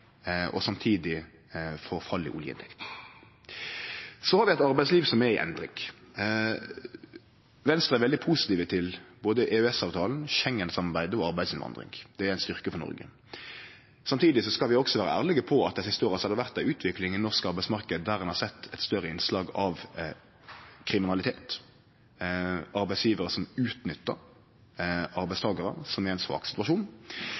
og samtidig får fall i oljeinntektene. Vi har eit arbeidsliv som er i endring. Venstre er veldig positiv til både EØS-avtalen, Schengen-samarbeidet og arbeidsinnvandring. Det er ein styrke for Noreg. Samtidig skal vi også vere ærlege på at det dei siste åra har vore ei utvikling i den norske arbeidsmarknaden der ein har sett eit større innslag av kriminalitet, arbeidsgjevarar som utnyttar arbeidstakarar som er i ein svak situasjon.